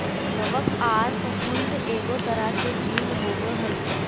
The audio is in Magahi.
कवक आर फफूंद एगो तरह के जीव होबय हइ